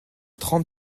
trente